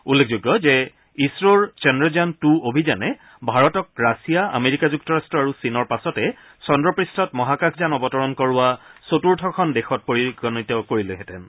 উল্লেখযোগ্য যে ইছৰৰ চন্দ্ৰযান টু অভিযানে ভাৰতক ৰাছিয়া আমেৰিকা যুক্তৰাট্ট আৰু চীনৰ পাছতে চন্দ্ৰপৃষ্ঠত মহাকাশযান অৱতৰণ কৰোৱা চতুৰ্থখন দেশত পৰিগণত কৰিলেহেঁতেন